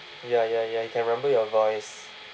ya ya ya he can remember your voice